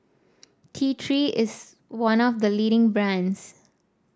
T Three is one of the leading brands